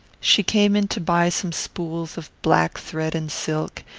she came in to buy some spools of black thread and silk,